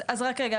רק רגע,